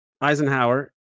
Eisenhower